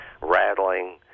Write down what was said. rattling